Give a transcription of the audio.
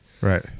Right